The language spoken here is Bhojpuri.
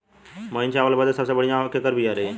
महीन चावल बदे सबसे बढ़िया केकर बिया रही?